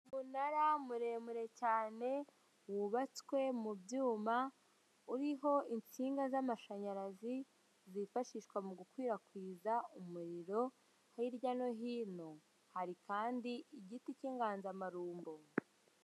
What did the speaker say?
Umunara muremure cyane wubatswe mu byuma uriho insinga z'amashanyarazi zifashishwa mu gukwirakwiza umuriro hirya no hino, hari kandi igiti cy'inganzamarumbo.